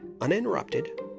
uninterrupted